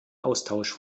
austausch